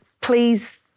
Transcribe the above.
please